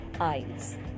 eyes